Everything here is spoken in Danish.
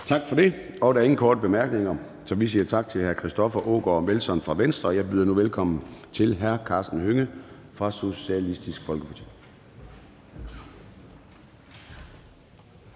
Gade): Der er ingen korte bemærkninger, så vi siger tak til hr. Christoffer Aagaard Melson fra Venstre. Jeg byder nu velkommen til hr. Karsten Hønge fra Socialistisk Folkeparti.